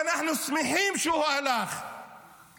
ואנחנו שמחים שהוא הלך,